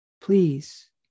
Please